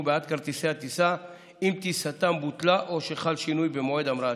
בעד כרטיסי הטיסה אם טיסתם בוטלה או שחל שינוי במועד המראתה.